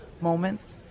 moments